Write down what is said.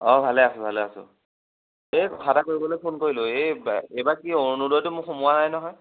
অঁ ভালে আছোঁ ভালে আছোঁ এই কথা এটা সুধিবলৈ ফোন কৰিলোঁ এইবাৰ কি অৰুণোদয়টো মোৰ সোমোৱা নাই নহয়